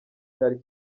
cyari